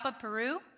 Peru